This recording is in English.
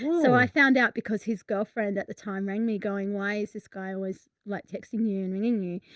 so i found out because his girlfriend at the time rang me going, why's this guy always like texting you and ringing you.